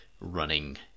running